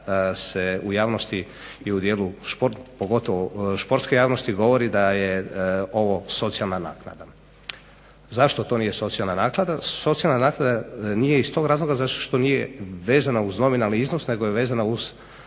se u javnosti i u dijelu sportske javnosti govori da je ovo socijalna naknada. Zašto to nije socijalna naknada? Socijalna naknada nije iz tog razloga zato što nije vezana uz nominalni iznos nego je vezana uz